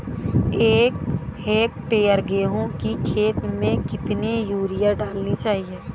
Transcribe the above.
एक हेक्टेयर गेहूँ की खेत में कितनी यूरिया डालनी चाहिए?